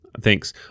Thanks